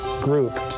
group